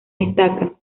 destacan